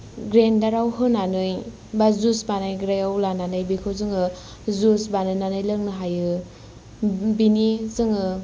ग्राय्नदाराव होनानै बा जुस बानायग्रायाव लानानै बेखौ जोङो जुस बानायनानै लोंनो हायो बिनि जोङो